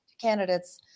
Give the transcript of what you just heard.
candidates